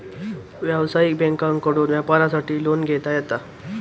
व्यवसायिक बँकांकडसून व्यापारासाठी लोन घेता येता